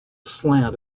slant